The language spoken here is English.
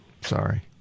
sorry